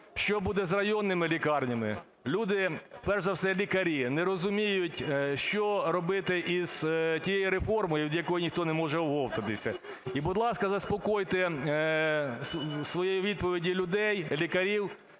що буде з районними лікарнями? Люди, перш за все лікарі, не розуміють, що робити із тією реформою, від якої ніхто не може оговтатися. І, будь ласка, заспокойте своєю відповіддю людей, лікарів,